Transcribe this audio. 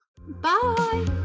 bye